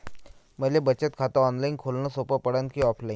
मले बचत खात ऑनलाईन खोलन सोपं पडन की ऑफलाईन?